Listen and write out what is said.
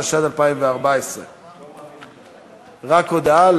התשע"ה 2014. רק הודעה,